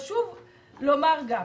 חשוב לומר גם,